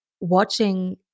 watching